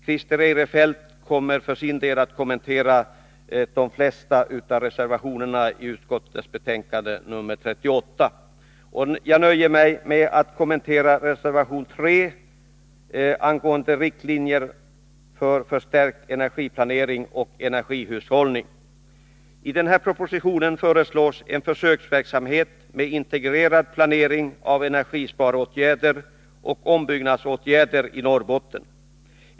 Christer Eirefelt kommer senare att kommentera de flesta av de reservationer i detta betänkande som vi står bakom, och jag nöjer mig därför med att beröra reservation 3 angående riktlinjer för förstärkt energiplanering och energihushållning. I propositionen föreslås en försöksverksamhet med integrerad planering av energisparåtgärder och ombyggnadsåtgärder i Norrbotten.